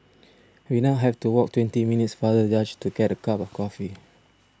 we now have to walk twenty minutes farther just to get a cup of coffee